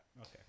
Okay